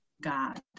God